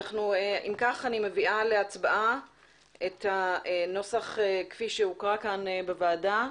אני מביאה להצבעה את הנוסח כפי שהוקרא כאן בוועדה,